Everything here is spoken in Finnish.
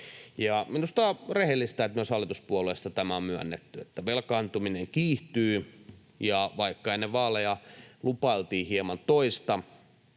minusta on rehellistä, että myös hallituspuolueista on myönnetty, että velkaantuminen kiihtyy ja että vaikka ennen vaaleja lupailtiin hieman toista,